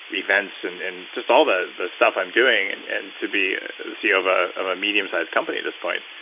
events and and just all the the stuff i'm doing and to be the ceo of ah of a medium-sized company at this point.